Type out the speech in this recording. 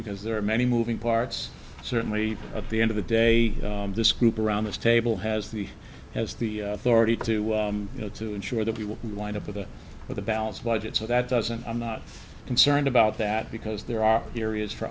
because there are many moving parts certainly at the end of the day this group around this table has the as the authority to you know to ensure that we will wind up with a with a balanced budget so that doesn't i'm not concerned about that because there are areas for